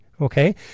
okay